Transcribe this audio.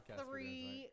three